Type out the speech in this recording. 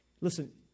Listen